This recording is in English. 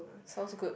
sounds good